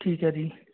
ਠੀਕ ਹੈ ਜੀ